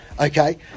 Okay